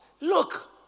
Look